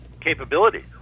capabilities